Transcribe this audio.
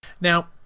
Now